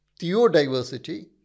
theodiversity